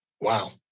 Wow